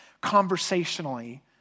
conversationally